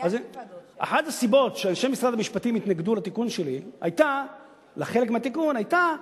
אחת הסיבות להתנגדות של אנשי משרד המשפטים לחלק מהתיקון היתה שאמרו: